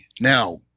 Now